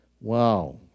Wow